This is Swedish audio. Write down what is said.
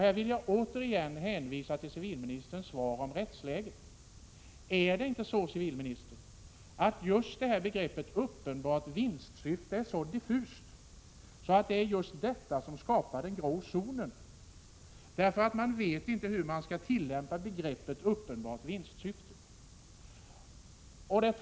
Här vill jag återigen hänvisa till civilministerns svar om rättsläget. Är det inte så, civilministern, att begreppet uppenbart vinstsyfte är så diffust att det är just detta som skapar den grå zonen? Man vet inte hur man skall tillämpa begreppet uppenbart vinstsyfte.